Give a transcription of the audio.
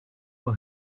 who